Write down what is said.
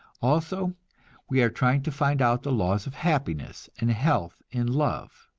also we are trying to find out the laws of happiness and health in love.